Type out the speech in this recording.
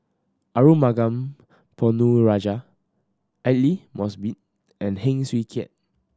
Arumugam Ponnu Rajah Aidli Mosbit and Heng Swee Keat